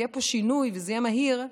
יהיה פה שינוי וזה יהיה מהיר,